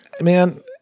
Man